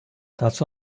dazu